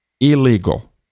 illegal